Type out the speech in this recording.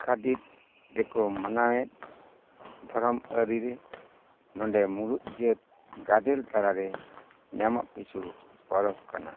ᱞᱟᱠᱠᱷᱟᱫᱤᱯ ᱨᱮᱠᱚ ᱢᱟᱱᱟᱣᱮᱫ ᱫᱷᱚᱨᱚᱢ ᱟᱹᱨᱤᱨᱮ ᱱᱚᱸᱰᱮ ᱢᱩᱲᱩᱫ ᱡᱟᱹᱛ ᱜᱟᱫᱮᱞ ᱛᱟᱞᱟᱨᱮ ᱧᱟᱢᱚᱜ ᱠᱤᱪᱷᱩ ᱯᱚᱨᱚᱵ ᱠᱟᱱᱟ